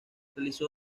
realizó